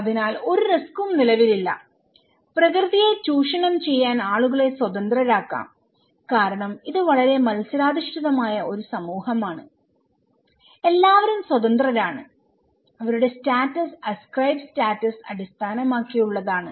അതിനാൽ ഒരു റിസ്ക്കും നിലവിലില്ല പ്രകൃതിയെ ചൂഷണം ചെയ്യാൻ ആളുകളെ സ്വതന്ത്രരാക്കാം കാരണം ഇത് വളരെ മത്സരാധിഷ്ഠിതമായ ഒരു സമൂഹമാണ് എല്ലാവരും സ്വതന്ത്രരാണ് അവരുടെ സ്റ്റാറ്റസ് അസ്ക്രൈബ് സ്റ്റാറ്റസ് അടിസ്ഥാനമാക്കിയുള്ളതാണ്